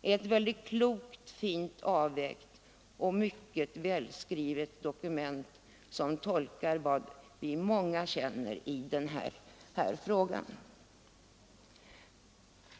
är ett klokt, fint avvägt och mycket välskrivet dokument, som tolkar vad många av oss känner i den här frågan.